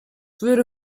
wurde